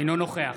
אינו נוכח